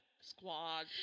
Squad